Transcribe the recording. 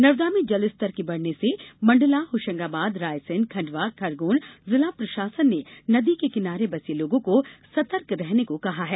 नर्मदा में जलस्तर के बढ़ने से मंडला होशंगाबाद रायसेन खंडवा खरगोन जिला प्रशासन ने नदी के किनारे बसे लोगों को सतर्क रहने को कहा गया है